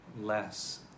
less